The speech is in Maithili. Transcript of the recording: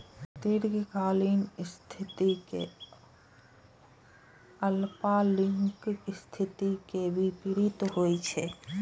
दीर्घकालिक स्थिति अल्पकालिक स्थिति के विपरीत होइ छै